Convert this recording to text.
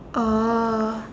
oh